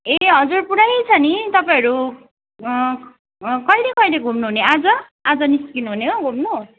ए हजुर पुरै छ नि तपाईँहरू कहिले कहिले घुम्नुहुने आज आज निस्किनुहुने हो घुम्नु